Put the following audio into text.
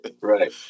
right